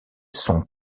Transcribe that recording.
son